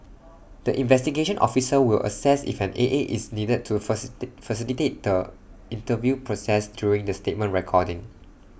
the investigation officer will assess if an A A is needed to A facilitate the interview process during the statement recording